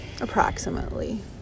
approximately